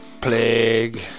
plague